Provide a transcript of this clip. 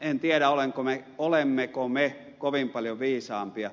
en tiedä olemmeko me kovin paljon viisaampia